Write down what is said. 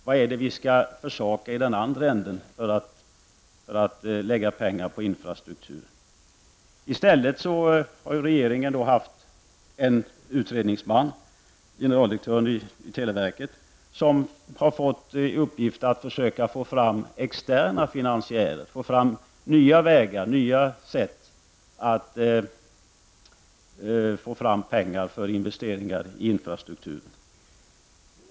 Vad är det vi skall försaka för att kunna lägga pengar på infrastruktur? I stället har ju regeringen haft en utredningsman, generaldirektören i televerket, som har fått i uppgift att försöka få fram externa finansiärer, att hitta nya vägar och nya sätt att få fram pengar för investeringar i infrastrukturen.